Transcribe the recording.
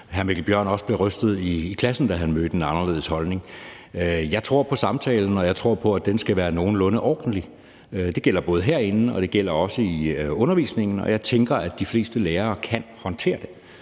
at hr. Mikkel Bjørn også blev rystet i klassen, da han mødte en anderledes holdning. Jeg tror på samtalen, og jeg tror på, at den skal være nogenlunde ordentlig. Det gælder både herinde, og det gælder også i undervisningen. Og jeg tænker, at de fleste lærere kan håndtere det.